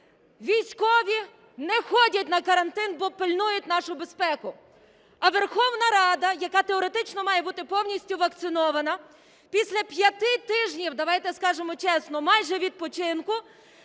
Військові не ходять на карантин, бо пильнують нашу безпеку. А Верховна Рада, яка теоретично має бути повністю вакцинована, після п'яти тижнів, давайте скажемо чесно, майже відпочинку